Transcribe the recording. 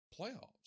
playoffs